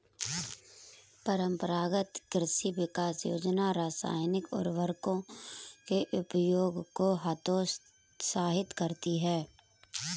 परम्परागत कृषि विकास योजना रासायनिक उर्वरकों के उपयोग को हतोत्साहित करती है